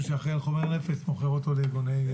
שאחראי על חומרי נפץ מוכר אותו לארגוני פשיעה.